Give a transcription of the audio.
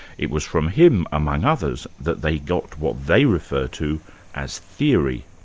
it was from him, among others, that they got what they referred to as theory.